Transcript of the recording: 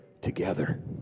together